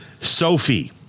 sophie